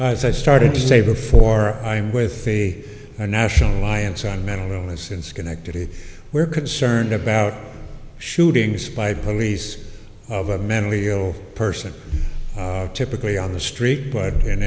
i started to say before i'm with the national alliance on mental illness in schenectady we're concerned about shootings by police of a mentally ill person typically on the street but in